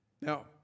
Now